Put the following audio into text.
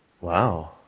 Wow